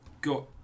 got